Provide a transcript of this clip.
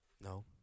No